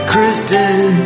Kristen